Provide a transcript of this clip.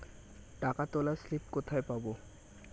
টাকা তোলার স্লিপ কোথায় পাব?